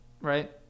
right